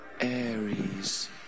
Aries